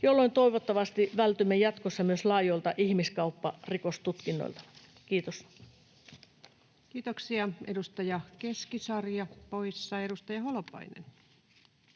jolloin toivottavasti vältymme jatkossa myös laajoilta ihmiskaupparikostutkinnoilta. — Kiitos. Kiitoksia. — Edustaja Keskisarja, poissa. — Edustaja Holopainen.